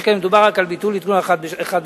שכן מדובר רק על ביטול עדכון אחד בשנה,